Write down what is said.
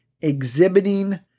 exhibiting